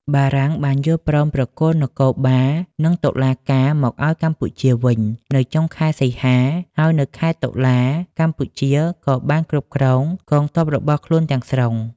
បារាំងបានយល់ព្រមប្រគល់នគរបាល និងតុលាការមកឱ្យកម្ពុជាវិញនៅចុងខែសីហា ហើយនៅខែតុលា កម្ពុជាក៏បានគ្រប់គ្រងកងទ័ពរបស់ខ្លួនទាំងស្រុង។